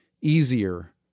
easier